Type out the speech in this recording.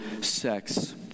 sex